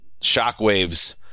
shockwaves